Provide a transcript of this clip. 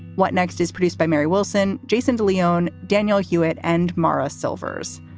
what next is produced by mary wilson? jason de leon. danielle hewitt and mara silvers.